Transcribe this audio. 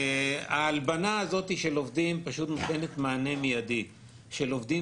ההלבנה הזו של עובדים פשוט נותנת מענה מידי של עובדים